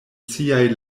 siaj